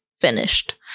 finished